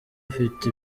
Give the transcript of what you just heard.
ufite